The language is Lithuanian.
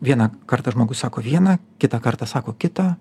vieną kartą žmogus sako viena kitą kartą sako kita